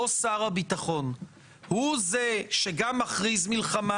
ולא שר הביטחון הוא זה שגם מכריז מלחמה,